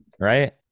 Right